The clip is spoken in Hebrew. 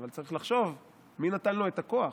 אבל צריך לחשוב מי נתן לו את הכוח.